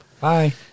Bye